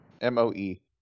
M-O-E